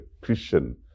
Christian